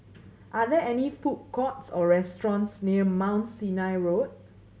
are there any food courts or restaurants near Mount Sinai Road